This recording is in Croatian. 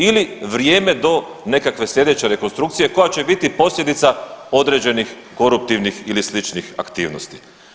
Ili vrijeme do nekakve sljedeće rekonstrukcije koja će biti posljedica određenih koruptivnih ili sličnih aktivnosti.